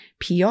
PR